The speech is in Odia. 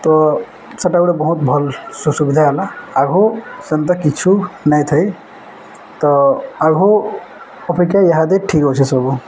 ତ ସେଟା ଗୋଟେ ବହୁତ ଭଲ୍ ସୁବିଧା ହେଲା ଆଗକୁ ସେନ୍ତା କିଛି ନାଇଁ ଥାଇ ତ ଆଗକୁ ଅପେକ୍ଷା ଏହାଦେ ଠିକ୍ ଅଛ ସବୁ